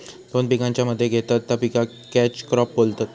दोन पिकांच्या मध्ये घेतत त्या पिकाक कॅच क्रॉप बोलतत